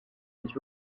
his